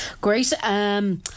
great